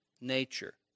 nature